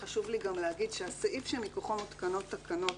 חשוב לי גם להגיד שהסעיף שמתוכו מותקנות תקנות